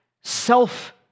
self